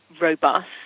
robust